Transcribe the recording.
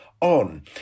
on